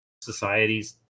Societies